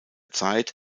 zeit